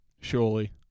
surely